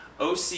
oc